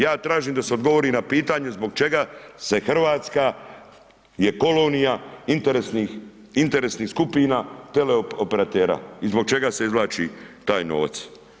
Ja tražim da se odgovori na pitanje zbog čega je Hrvatska kolonija interesnih skupina teleoperatera i zbog čega se izvlači taj novac.